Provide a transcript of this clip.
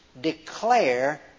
declare